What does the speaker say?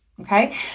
okay